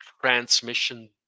transmission